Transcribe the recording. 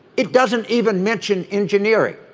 it doesn't even mention engineering.